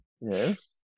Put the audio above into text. yes